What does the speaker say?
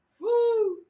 Woo